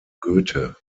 goethe